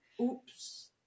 Oops